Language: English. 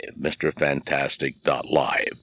mrfantastic.live